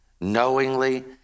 knowingly